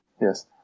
Yes